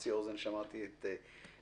בחצי אוזן שמעתי את חברתי.